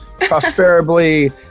prosperably